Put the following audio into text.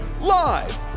live